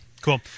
cool